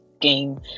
game